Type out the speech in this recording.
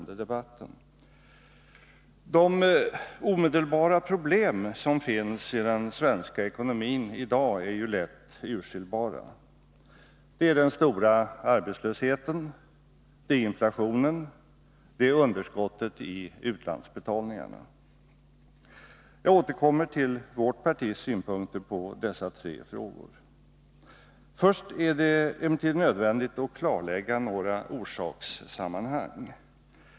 De omedelbara problem som finns i den svenska ekonomin i dag är lätt urskiljbara. Det är den stora arbetslösheten. Det är inflationen. Det är underskottet i utlandsbetalningarna. Jag återkommer till vårt partis synpunkter på dessa tre frågor. Först är det emellertid nödvändigt att klarlägga några orsakssammanhang.